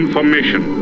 Information